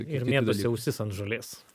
ir mėtosi ausis ant žolės